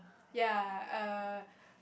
ya err